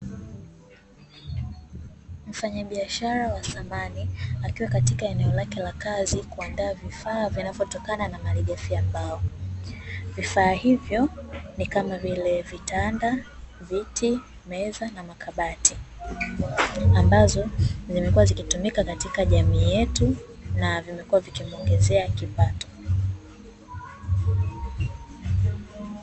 Mfanyabiashara wa samani akiwa katika eneo lake la kazi kuandaa vifaa vinavyotokana na mali ghafi ya mbao. Vifaa hivyo ni kama vile vitanda, viti, meza na makabati ambazo zimekuwa zikitumika katika jamii yetu na vimekuwa vikimuongezea kipato.